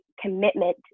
commitment